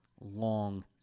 long